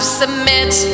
submit